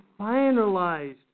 finalized